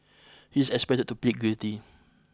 he is expected to plead guilty